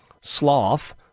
sloth